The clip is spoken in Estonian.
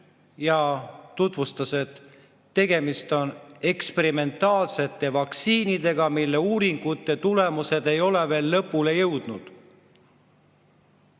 ja tutvustas, et tegemist on eksperimentaalsete vaktsiinidega, mille uuringud ei ole veel lõpule jõudnud.